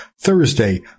Thursday